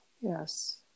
Yes